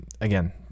again